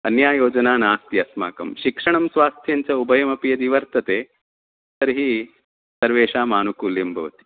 अन्या योजना नास्ति अस्माकं शिक्षणं स्वास्थ्यं च उभयमपि यदि वर्तते तर्हि सर्वेषाम् आनुकुल्यं भवति